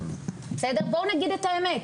בואו נגיד את האמת,